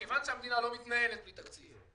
שמכיוון שהמדינה לא מתנהלת בלי תקציב.